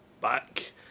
back